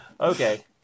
Okay